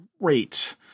Great